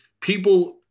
people